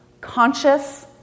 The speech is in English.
conscious